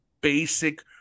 basic